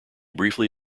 briefly